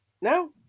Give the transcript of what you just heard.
now